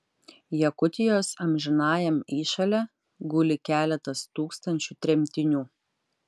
jakutijos amžinajam įšale guli keletas tūkstančių tremtinių